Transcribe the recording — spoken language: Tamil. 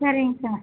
சரிங் சார்